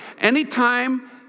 Anytime